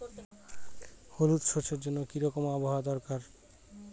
হলুদ সরষে জন্য কি রকম আবহাওয়ার দরকার?